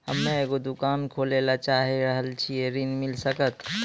हम्मे एगो दुकान खोले ला चाही रहल छी ऋण मिल सकत?